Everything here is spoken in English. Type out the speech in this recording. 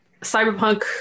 cyberpunk